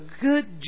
good